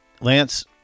Lance